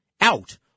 out